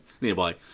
nearby